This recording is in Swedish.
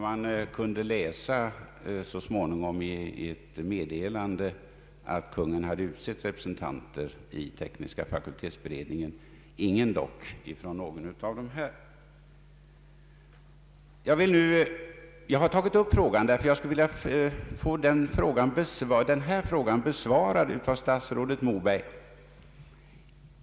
De kunde så småningom läsa i ett meddelande, att Kungl. Maj:t hade utsett representanter i fakultetsberedningen för de tekniska vetenskaperna — dock ingen representant från någon av dessa högskolor. Jag har tagit upp detta ärende därför att jag skulle vilja få följande frågor besvarade av statsrådet Moberg.